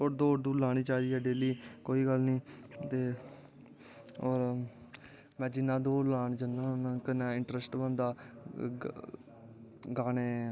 और दौड़ दूड़ लानी चाही दी ऐ डेल्ली कोई गल्ल नी ते होर में जियां हौड़ लान जन्ना होना ऐं कन्नै इंट्रस्ट बनदा गानें